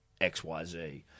XYZ